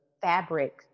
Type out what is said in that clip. fabric